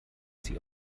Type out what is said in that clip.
sie